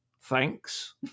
thanks